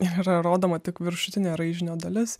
ir yra rodoma tik viršutinė raižinio dalis